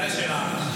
זאת השאלה.